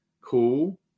cool